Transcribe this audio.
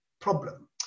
problem